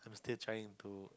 still trying to